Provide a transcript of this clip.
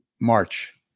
March